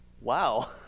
Wow